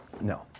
No